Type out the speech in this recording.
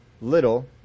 little